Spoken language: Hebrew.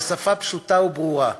בשפה פשוטה וברורה.